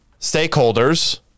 stakeholders